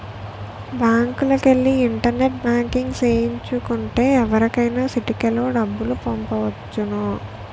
బ్యాంకుకెల్లి internet banking సేయించు కుంటే ఎవరికైనా సిటికలో డబ్బులు పంపొచ్చును